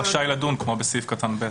הוא רשאי לדון כמו בסעיף קטן (ב).